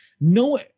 No